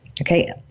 Okay